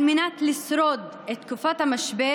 על מנת לשרוד בתקופת המשבר,